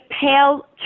pale